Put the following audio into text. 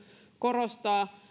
korostaa